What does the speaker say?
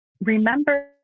remember